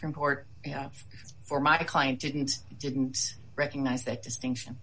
from court for my client didn't didn't recognize that distinction